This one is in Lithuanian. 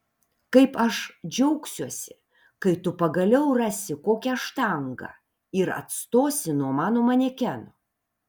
kaip aš džiaugsiuosi kai tu pagaliau rasi kokią štangą ir atstosi nuo mano manekeno